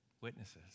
witnesses